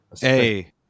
Hey